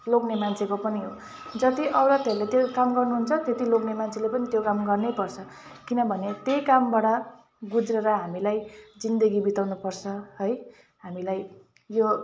लोग्ने मान्छेको पनि हो जति औरतहरूले त्यो काम गर्नुहुन्छ त्यति लोग्ने मान्छेले पनि त्यो काम गर्नैपर्छ किनभने त्यही कामबाट गुजारा हामीलाई जिन्दगी बिताउनुपर्छ है हामीलाई यो